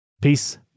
Peace